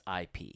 IP